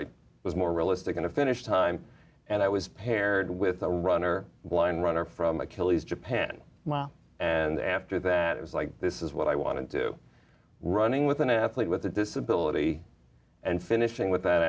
i was more realistic and a finish time and i was paired with a runner one runner from achilles japan and after that it was like this is what i want to do running with an athlete with a disability and finishing with that